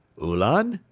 ulan?